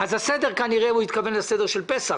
הוא כנראה התכוון לסדר של פסח,